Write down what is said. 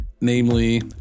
namely